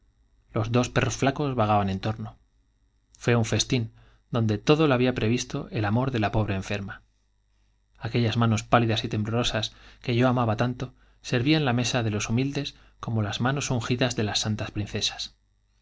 los dos perros flacos vagaban en torno fué un festín donde todo lo había previsto el amor de ia pobre enferma i aquellas manos pálidas y temblorosas que yo amaba tanto servían de los humildes la mesa como las manos ungidas de las santas princesas